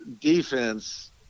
defense